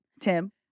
Tim